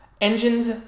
Engines